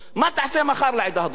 מה תעשה מחר לעדה הדרוזית?